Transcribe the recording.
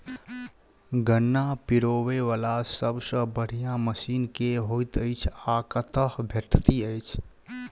गन्ना पिरोबै वला सबसँ बढ़िया मशीन केँ होइत अछि आ कतह भेटति अछि?